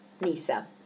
NISA